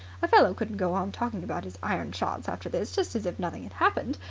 a fellow couldn't go on talking about his iron-shots after this just as if nothing had happened.